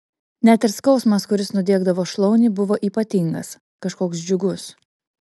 net ir skausmas kuris nudiegdavo šlaunį buvo ypatingas kažkoks džiugus